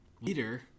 leader